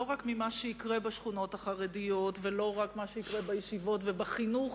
לא רק ממה שיקרה בשכונות החרדיות ולא רק מה שיקרה בישיבות ובחינוך